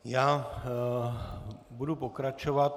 Já budu pokračovat.